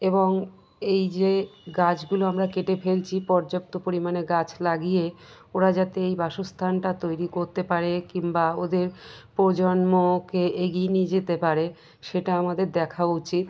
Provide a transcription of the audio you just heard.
এবং এই যে গাছগুলো আমরা কেটে ফেলছি পর্যাপ্ত পরিমাণে গাছ লাগিয়ে ওরা যাতে এই বাসস্থানটা তৈরি করতে পারে কিংবা ওদের প্রজন্মকে এগিয়ে নিয়ে যেতে পারে সেটা আমাদের দেখা উচিত